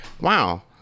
wow